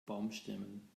baumstämmen